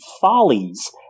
follies